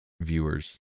viewers